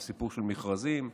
סיפור של מכרזים,